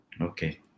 okay